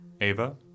Ava